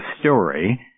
story